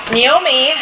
Naomi